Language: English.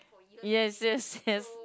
yes yes yes